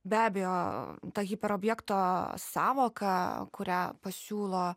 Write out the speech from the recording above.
be abejo ta hiperobjekto sąvoka kurią pasiūlo